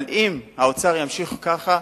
אבל אם האוצר ימשיך כך,